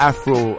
Afro